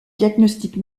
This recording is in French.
diagnostic